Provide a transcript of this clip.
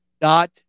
dot